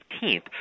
15th